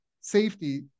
safety